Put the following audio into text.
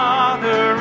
Father